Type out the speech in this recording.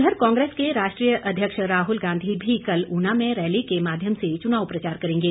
उधर कांग्रेस के राष्ट्रीय अध्यक्ष राहुल गांधी भी कल ऊना में रैली के माध्यम से चुनाव प्रचार करेंगे